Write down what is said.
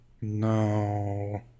no